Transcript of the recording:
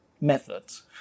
methods